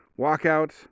walkout